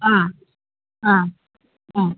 ꯑꯥ ꯑꯥ ꯑꯥ